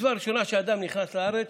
מצווה ראשונה כשאדם נכנס לארץ: